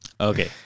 Okay